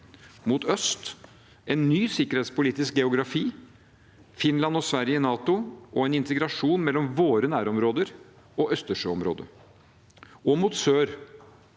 er det en ny sikkerhetspolitisk geografi, med Finland og Sverige i NATO og en integrasjon mellom våre nærområder og Østersjøområdet. Mot sør